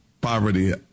poverty